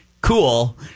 Cool